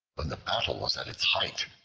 when the battle was at its height,